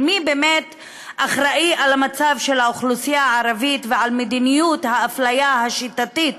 מי באמת אחראי למצב של האוכלוסייה הערבית ולמדיניות האפליה השיטתית